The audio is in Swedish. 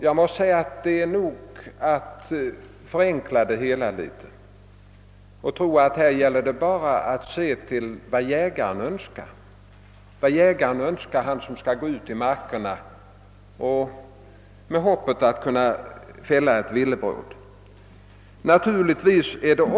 Jag måste säga att det nog är att förenkla saken litet om man tror att det här bara gäller att ta hänsyn till vad jägaren önskar, han som skall gå ut i markerna med hoppet att lyckas fälla ett villebråd.